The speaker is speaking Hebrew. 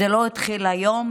זה לא התחיל היום